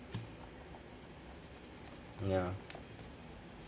ya